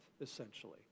essentially